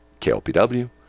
KLPW